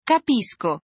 Capisco